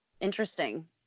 Interesting